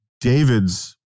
David's